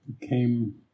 came